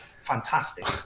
fantastic